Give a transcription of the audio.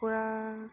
কুকুৰা